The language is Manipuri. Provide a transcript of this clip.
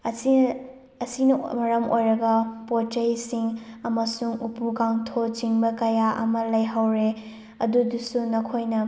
ꯑꯁꯤꯅ ꯃꯔꯝ ꯑꯣꯏꯔꯒ ꯄꯣꯠ ꯆꯩꯁꯤꯡ ꯑꯃꯁꯨꯡ ꯎꯄꯨ ꯀꯥꯡꯊꯣꯜꯅ ꯆꯤꯡꯕ ꯀꯌꯥ ꯑꯃ ꯂꯩꯍꯧꯔꯦ ꯑꯗꯨꯗꯨꯁꯨ ꯅꯈꯣꯏꯅ